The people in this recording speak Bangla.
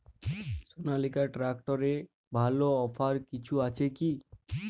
সনালিকা ট্রাক্টরে ভালো অফার কিছু আছে কি?